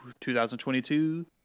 2022